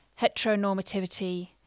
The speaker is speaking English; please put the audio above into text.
heteronormativity